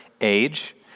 age